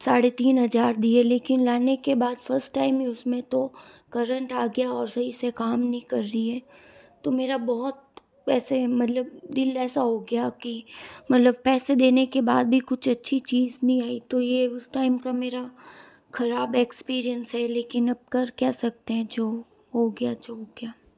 साढ़े तीन हज़ार दिए लेकिन लाने के बाद फर्स्ट टाइम उसमें तो करंट आ गया और सही से काम नहीं कर रही है तो मेरा बहुत पैसे है मतलब दिल ऐसा हो गया कि मतलब पैसे देने के बाद भी कुछ अच्छी चीज़ नहीं आई तो यह उसे टाइम का मेरा ख़राब एक्सपीरियंस है लेकिन अब कर क्या सकते हैं जो हो गया सो हो गया